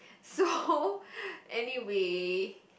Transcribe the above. so anyway